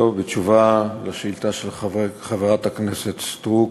בתשובה על השאילתה של חברת הכנסת סטרוק,